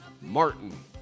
Martin